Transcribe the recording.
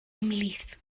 ymhlith